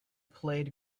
played